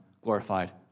glorified